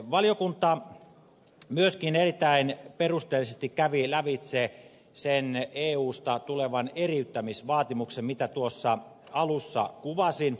valiokunta myöskin erittäin perusteellisesti kävi lävitse sen eusta tulevan eriyttämisvaatimuksen mitä alussa kuvasin